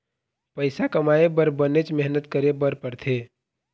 पइसा कमाए बर बनेच मेहनत करे बर पड़थे